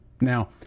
now